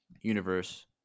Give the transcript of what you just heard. universe